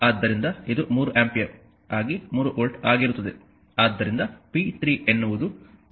ಆದ್ದರಿಂದ ಇದು 3 ಆಂಪಿಯರ್ ಆಗಿ 3 ವೋಲ್ಟ್ ಆಗಿರುತ್ತದೆ